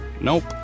Nope